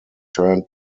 turned